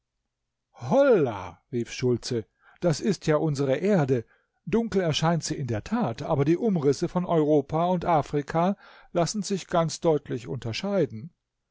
hollah rief schultze das ist ja unsre erde dunkel erscheint sie in der tat aber die umrisse von europa und afrika lassen sich ganz deutlich unterscheiden